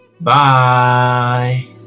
Bye